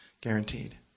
Guaranteed